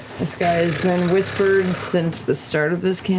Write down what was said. this guy has been whispered since the start of this